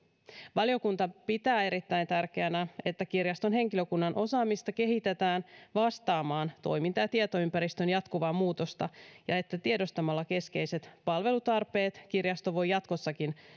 valiokunta pitää erittäin tärkeänä että kirjaston henkilökunnan osaamista kehitetään vastaamaan toiminta ja tietoympäristön jatkuvaa muutosta ja että tiedostamalla keskeiset palvelutarpeet kirjasto voi jatkossakin